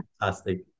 fantastic